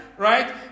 Right